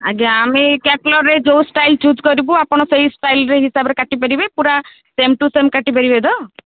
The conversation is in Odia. ଆଜ୍ଞା ଆମେ ଏଇ କ୍ୟାଟଲଗ୍ରେ ଯେଉଁ ଷ୍ଟାଇଲ୍ ଚୁଜ୍ କରିବୁ ଆପଣ ସେଇ ଷ୍ଟାଇଲ୍ ହିସାବରେ କାଟିପାରିବେ ପୁରା ସେମ୍ ଟୁ ସେମ୍ କାଟିପାରିବେ ତ